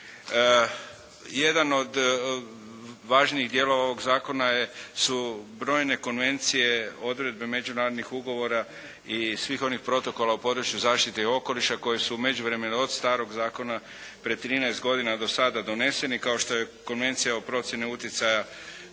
Jedan od važnijih dijelova ovog Zakona su brojne konvencije, odredbe međunarodnih ugovora i svih onih protokola u području zaštite okoliša koje su u međuvremenu od starog Zakona prije 13 godina do sada doneseni kao što je Konvencija o procjeni utjecaja